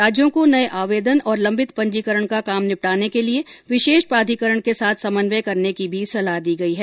राज्यों को नए आवेदन और लंबित पंजीकरण का काम निपटाने के लिए विशेष प्राधिकरण के साथ समन्वय करने की भी सलाह दी गई हैं